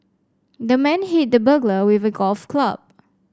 the man hit the burglar with a golf club